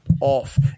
off